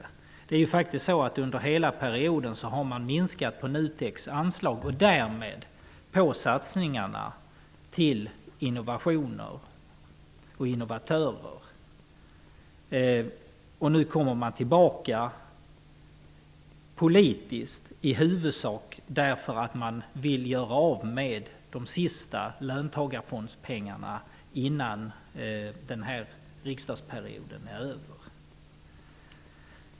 Under hela denna mandatperiod har man minskat NUTEK:s anslag och därmed har satsningarna på innovationer och innovatörer minskat. Nu återkommer man i huvudsak politiskt därför att man vill göra av med de sista löntagarfondspengarna innan mandatperioden är över.